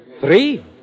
Three